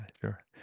sure